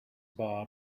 bar